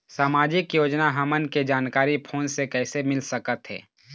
सामाजिक योजना हमन के जानकारी फोन से कइसे मिल सकत हे?